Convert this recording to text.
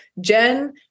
Jen